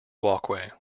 walkway